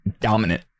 dominant